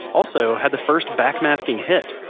also had the first backmasking hit.